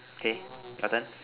okay your turn